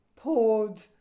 poured